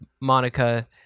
monica